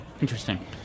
Interesting